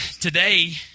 today